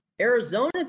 Arizona